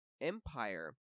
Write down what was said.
empire